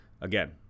Again